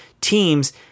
teams